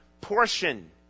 portion